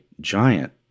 giant